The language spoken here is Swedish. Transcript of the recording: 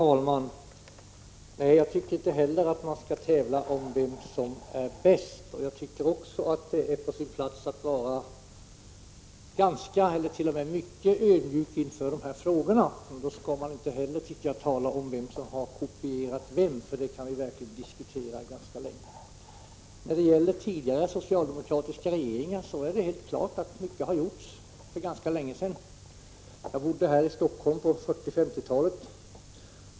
Herr talman! Jag tycker inte heller att man skall tävla om vem som är bäst, och jag tycker också att det är på sin plats att vara mycket ödmjuk inför dessa frågor. Då skall man inte heller tala om vem som kopierat vem, för det skulle vi verkligen kunna diskutera ganska länge. När det gäller tidigare socialdemokratiska regeringar är det klart att mycket har gjorts för ganska länge sedan. Jag bodde i Stockholm under 1940 och 50-talen.